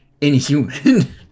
inhuman